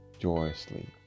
joyously